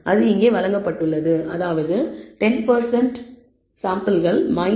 28 இங்கே வழங்கப்பட்டுள்ளது அதாவது 10 சாம்பிள்கள் 1